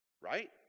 Right